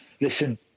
listen